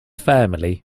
family